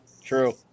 True